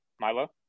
Milo